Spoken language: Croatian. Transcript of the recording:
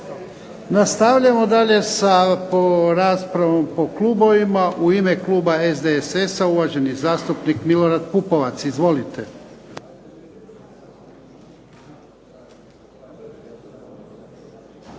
Nastavljamo dalje sa raspravom po klubovima. U ime kluba SDSS-a, uvaženi zastupnik Milorad Pupovac. Izvolite.